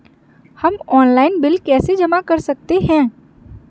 हम online bill कैसे जमा कर सकते हैं?